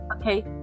okay